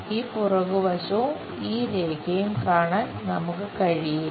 ഈ പുറകുവശവും ഈ രേഖയും കാണാൻ നമുക്ക് കഴിയില്ല